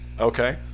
Okay